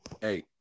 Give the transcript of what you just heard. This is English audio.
hey